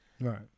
Right